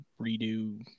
redo